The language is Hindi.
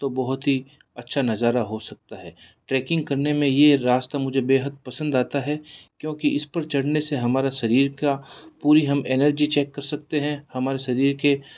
तो बहुत ही अच्छा नजारा हो सकता है ट्रैकिंग करने में ये रास्ता मुझे बेहद पसंद अता है क्योंकि इस पर चढ़ने से हमारा शरीर का पूरी हम एनर्जी चेक कर सकते हैं हमारे शरीर के